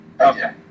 Okay